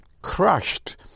crushed